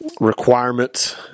requirements